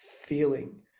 feeling